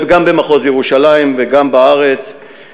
גם במחוז ירושלים וגם בארץ,